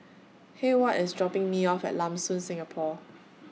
Heyward IS dropping Me off At Lam Soon Singapore